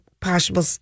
Possible